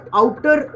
outer